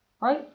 right